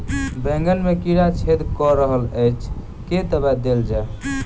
बैंगन मे कीड़ा छेद कऽ रहल एछ केँ दवा देल जाएँ?